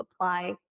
apply